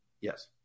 Yes